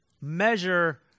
measure